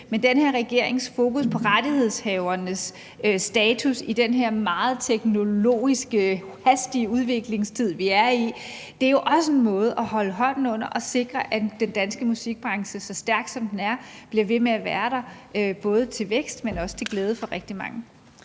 her regerings fokus på rettighedshavernes status i den her meget teknologisk hastige udviklingstid, vi er i, er jo også en måde at holde hånden under den danske musikbranche på og sikre, at den danske musikbranche – så stærk, som den er – bliver ved med at være der både i vækst og til glæde for rigtig mange.